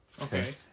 Okay